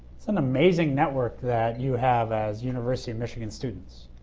an amazing network that you have as university of michigan students.